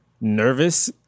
nervous